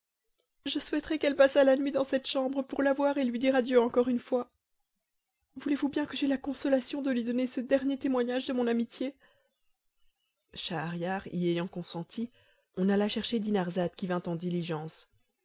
je souhaiterais qu'elle passât la nuit dans cette chambre pour la voir et lui dire adieu encore une fois voulez-vous bien que j'aie la consolation de lui donner ce dernier témoignage de mon amitié schahriar y ayant consenti on alla chercher dinarzade qui vint en diligence